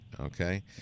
Okay